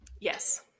Yes